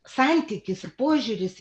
santykis požiūris